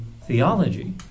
theology